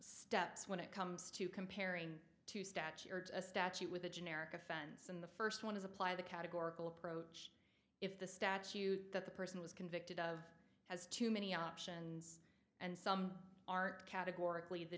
steps when it comes to comparing to statute a statute with a generic offense in the first one is apply the categorical approach if the statute that the person was convicted of has too many options and some are categorically the